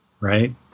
right